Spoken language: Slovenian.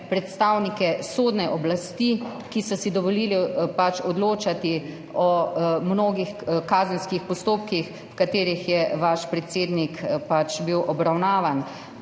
predstavnike sodneoblasti, ki so si dovolili odločati v mnogih kazenskih postopkih, v katerih je bil pač vaš predsednik obravnavan,